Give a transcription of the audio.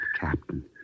Captain